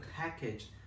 package